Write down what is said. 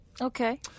Okay